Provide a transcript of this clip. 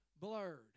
blurred